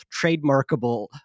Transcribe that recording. trademarkable